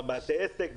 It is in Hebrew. בבתי העסק,